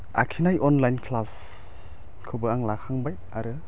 आखिनाय online class खौ आं लाखांबाय आरो